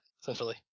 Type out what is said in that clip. essentially